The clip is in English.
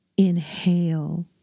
Inhale